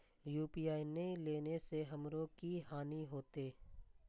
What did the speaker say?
UPI ने लेने से हमरो की हानि होते?